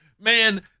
man